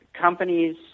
companies